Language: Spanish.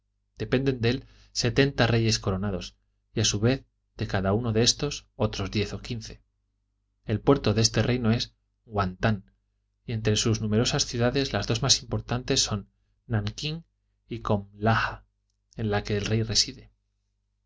dependen de él setenta reyes coronados y a su vez de cada uno de éstos otros diez o quince el puerto de este reino es guanta y entre sus numerosas ciudades las dos más importantes son nankín y comlaha en la que el rey reside